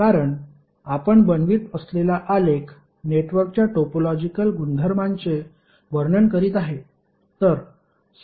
कारण आपण बनवित असलेला आलेख नेटवर्कच्या टोपोलॉजिकल गुणधर्मांचे वर्णन करीत आहे